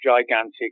gigantic